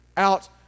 Out